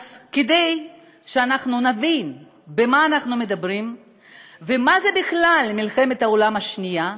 אז כדי שנבין על מה אנחנו מדברים ומה זה בכלל מלחמת העולם השנייה,